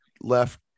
left